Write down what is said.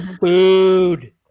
food